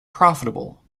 profitable